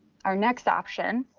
our next option